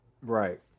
Right